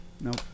Nope